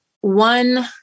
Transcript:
one